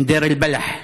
מדיר אל-בלח.)